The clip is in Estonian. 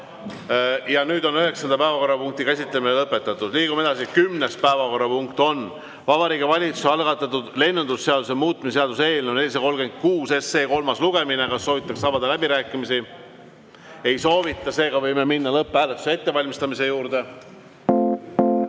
Ja nüüd on üheksanda päevakorrapunkti käsitlemine lõpetatud. Liigume edasi. Kümnes päevakorrapunkt on Vabariigi Valitsuse algatatud lennundusseaduse muutmise seaduse eelnõu 436 kolmas lugemine. Kas soovitakse avada läbirääkimisi? Ei soovita, seega võime minna lõpphääletuse ettevalmistamise juurde.